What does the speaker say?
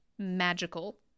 magical